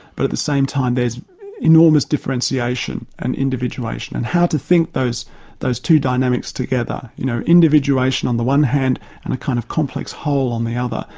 but at the same time there's enormous differentiation and individuation, and how to think those those two dynamics together, together, you know, individuation on the one hand and a kind of complex whole on the other,